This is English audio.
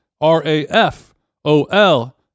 R-A-F-O-L